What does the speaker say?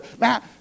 Now